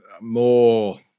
more